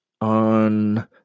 on